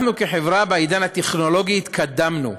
אנחנו כחברה בעידן הטכנולוגי התקדמנו,